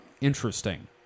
Interesting